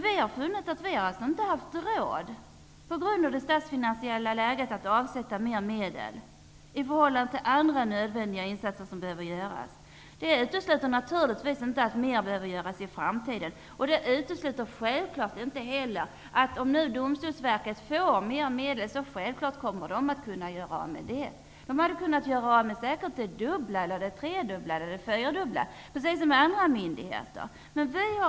Vi har dock i rådande statsfinansiella läge och mot bakgrund av behovet av andra nödvändiga insatser funnit att vi inte har råd att avsätta nya medel. Det utesluter naturligtvis inte att mer kan behöva göras i framtiden. Om Domstolsverket nu får ytterligare medel kommer det självfallet också att kunna göra av med dessa. Det hade säkerligen kunnat göra av med det dubbla, tredubbla eller fyrdubbla, på samma sätt som många andra myndigheter skulle kunna göra.